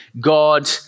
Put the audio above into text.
God